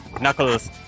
Knuckles